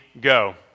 go